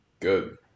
good